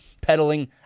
peddling